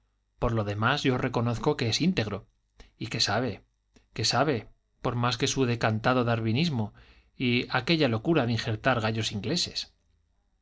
por lo demás yo reconozco que es íntegro y que sabe que sabe por más que su decantado darwinismo y aquella locura de injertar gallos ingleses